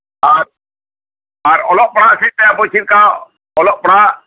ᱟᱨ ᱟᱨ ᱚᱞᱚᱜ ᱯᱟᱲᱦᱟᱜ ᱥᱮᱫᱛᱮ ᱟᱵᱚ ᱪᱮᱫᱞᱮᱠᱟ ᱚᱞᱚᱜ ᱯᱟᱲᱦᱟᱜ